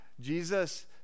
Jesus